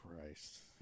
Christ